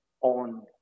on